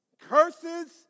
Curses